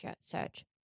search